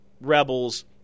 rebels